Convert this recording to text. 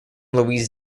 luis